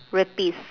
rapists